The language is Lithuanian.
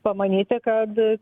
pamanyti kad